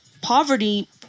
poverty